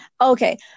okay